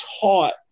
taught